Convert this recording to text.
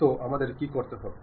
তো আমাদের কী করতে হবে